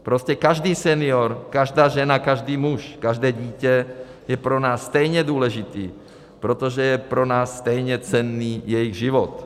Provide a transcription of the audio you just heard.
Prostě každý senior, každá žena, každý muž, každé dítě jsou pro nás stejně důležití, protože je pro nás stejně cenný jejich život.